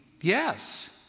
Yes